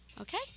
Okay